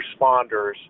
responders